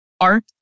art